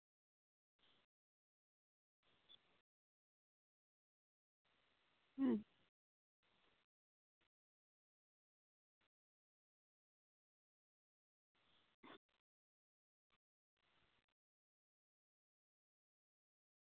ᱦᱩᱸ